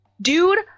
Dude